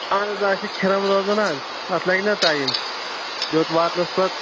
اہن حظ آ أسۍ چھِ کھِرَم روزان حظ اَتھ لَگہِ نہ ٹایم یوٚت واتنَس پَتہٕ